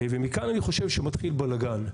ומכאן אני חושב שמתחיל בלגן.